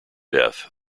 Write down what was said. death